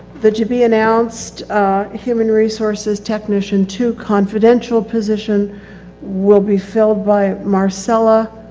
there should be announced a human resources technician to confidential position will be filled by marcella.